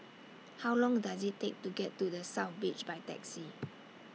How Long Does IT Take to get to The South Beach By Taxi